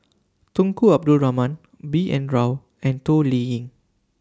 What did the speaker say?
Tunku Abdul Rahman B N Rao and Toh Liying